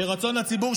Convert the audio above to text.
שרצון הציבור,